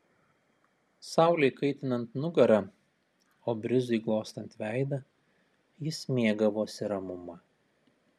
saulei kaitinant nugarą o brizui glostant veidą jis mėgavosi ramuma